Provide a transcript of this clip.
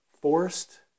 forced